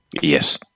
Yes